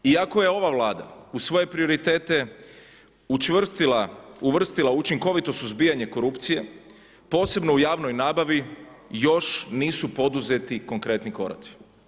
Iako je ova Vlada u svoje prioritete uvrstila učinkovito suzbijanje korupcije, posebno u javnoj nabavi, još nisu poduzeti konkretni koraci.